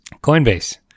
coinbase